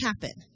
happen